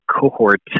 cohort